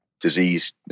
disease